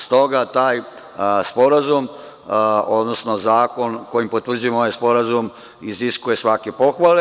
Stoga taj sporazum, odnosno zakon kojim se potvrđuje ovaj sporazum iziskuje svake pohvale.